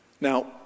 Now